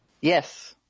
Yes